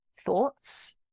thoughts